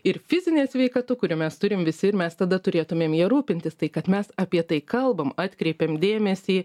ir fizinė sveikatu kurią mes turim visi ir mes tada turėtumėm ja rūpintis tai kad mes apie tai kalbam atkreipėm dėmesį